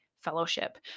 fellowship